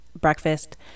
breakfast